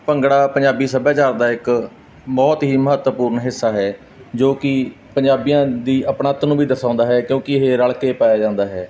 ਭੰਗੜਾ ਪੰਜਾਬੀ ਸੱਭਿਆਚਾਰ ਦਾ ਇੱਕ ਬਹੁਤ ਹੀ ਮਹੱਤਵਪੂਰਨ ਹਿੱਸਾ ਹੈ ਜੋ ਕਿ ਪੰਜਾਬੀਆਂ ਦੀ ਅਪਣੱਤ ਨੂੰ ਵੀ ਦਰਸ਼ਾਉਂਦਾ ਹੈ ਕਿਉਂਕਿ ਇਹ ਰਲ ਕੇ ਪਾਇਆ ਜਾਂਦਾ ਹੈ